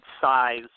size